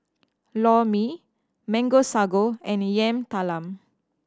Lor Mee Mango Sago and Yam Talam